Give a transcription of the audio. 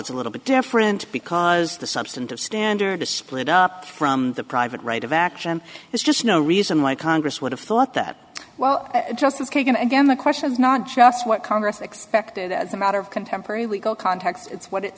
it's a little bit different because the substantive standard to split up from the private right of action there's just no reason why congress would have thought that well justice kagan again the question is not just what congress expected as a matter of contemporary legal context it's what it